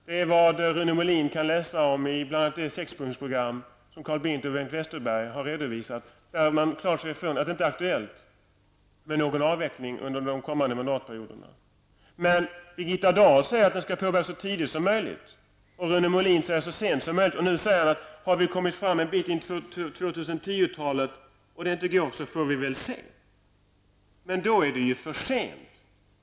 Det är vad Rune Molin kan läsa om i bl.a. det sexpunktsprogram som Carl Bildt och Bengt Westerberg har redovisat. Där säger man klart i från att det inte är aktuellt med någon avveckling under de kommande mandatperioderna. Birgitta Dahl säger att den skall påbörjas så tidigt som möjligt, och Rune Molin säger så sent som möjligt. Nu säger han att har vi kommit en bit in på 2010-talet och upptäcker att det inte går, då får vi väl se. Men då är det ju för sent.